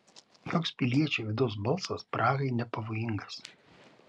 joks piliečio vidaus balsas prahai nepavojingas